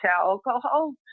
alcohol